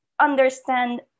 understand